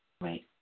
Right